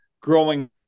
growing